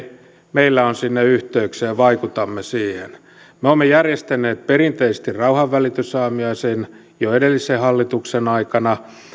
meillä on sinne yhteyksiä ja vaikutamme siihen me olemme järjestäneet perinteisesti rauhanvälitysaamiaisen jo edellisen hallituksen aikana